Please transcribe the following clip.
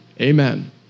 amen